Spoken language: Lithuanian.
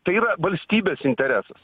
tai yra valstybės interesas